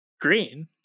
Green